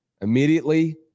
immediately